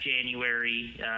january